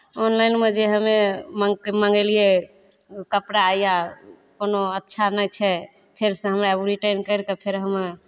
ऑनलाइनमे जे हमे मङ्ग मङेलियै ओ कपड़ा या कोनो अच्छा नहि छै फेरसँ हमे ओ रिटर्न करि कऽ फेर हमे